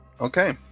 Okay